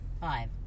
Five